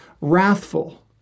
wrathful